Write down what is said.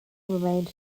remained